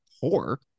poor